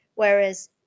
Whereas